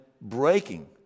breaking